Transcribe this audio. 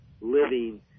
living